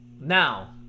Now